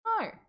No